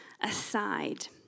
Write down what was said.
aside